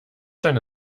deine